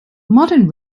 modern